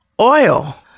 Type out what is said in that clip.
oil